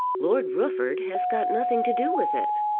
lord rufford has got nothing to do with it.